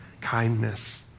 kindness